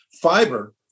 fiber